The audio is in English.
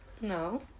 No